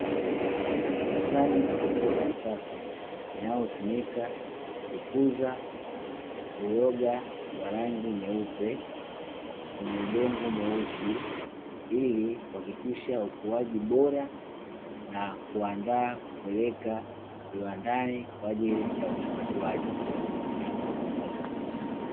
Bustani kubwa ya kisasa inayotumika kukuza uyoga wa rangi nyeupe kwenye udongo mweusi, ili kuhakikisha ukuaji bora na kuandaa kupeleka viwandani kwa ajili ya uchakatwaji.